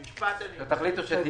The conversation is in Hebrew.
אני מניח שכל